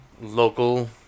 local